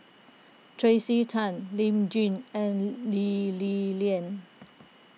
Tracey Tan Lee Tjin and Lee Li Lian